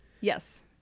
Yes